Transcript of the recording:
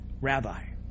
Rabbi